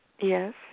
Yes